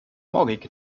morgige